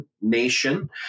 Nation